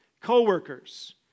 co-workers